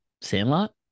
Sandlot